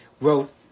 wrote